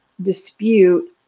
dispute